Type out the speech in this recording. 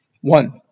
One